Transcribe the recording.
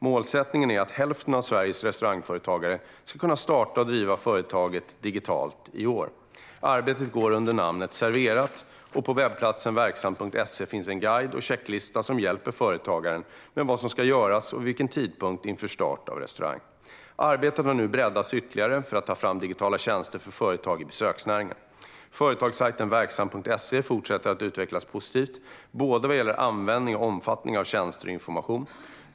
Målsättningen är att hälften av Sveriges restaurangföretagare ska kunna starta och driva företaget digitalt i år. Arbetet går under namnet Serverat, och på webbplatsen verksamt.se finns en guide och checklista som hjälper företagaren med vad som ska göras och vid vilken tidpunkt inför start av restaurang. Arbetet har nu breddats ytterligare för att ta fram digitala tjänster för företag i besöksnäringen. Företagssajten verksamt.se fortsätter att utvecklas positivt, både vad gäller användning och omfattning av tjänster och vad gäller information.